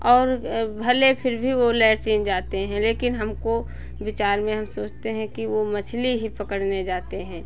और भले फिर भी वो लैट्रिन जाते हैं लेकिन हमको विचार में हम सोचते हैं कि वो मछली ही पकड़ने जाते हैं